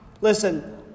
Listen